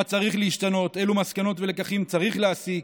מה צריך להשתנות, אילו מסקנות ולקחים צריך להסיק.